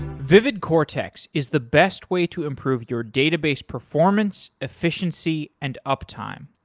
vividcortex is the best way to improve your database performance, efficiency, and uptime.